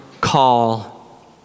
call